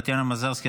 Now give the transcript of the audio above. טטיאנה מזרסקי,